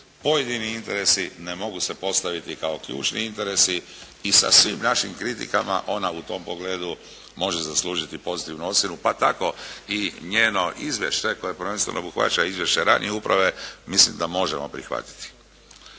pojedini interesi ne mogu se postaviti kao ključni interesi i sa svim našim kritikama ona u tom pogledu može zaslužiti pozitivnu ocjenu pa tako i njeno izvješće koje prvenstveno obuhvaća izvješće ranije uprave mislim da možemo prihvatiti.